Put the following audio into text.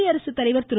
குடியரசு தலைவர் திரு